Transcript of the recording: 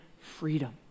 freedom